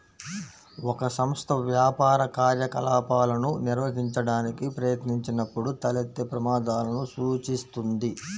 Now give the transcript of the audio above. ఒక సంస్థ వ్యాపార కార్యకలాపాలను నిర్వహించడానికి ప్రయత్నించినప్పుడు తలెత్తే ప్రమాదాలను సూచిస్తుంది